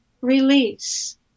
release